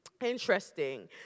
Interesting